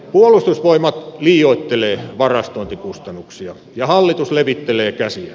puolustusvoimat liioittelee varastointikustannuksia ja hallitus levittelee käsiään